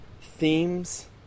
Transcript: themes